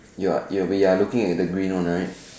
you are you will be are looking at the green one right